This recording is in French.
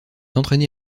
entraîné